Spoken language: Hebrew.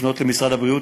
לפנות למשרד הבריאות,